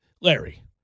Larry